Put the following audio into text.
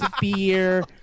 beer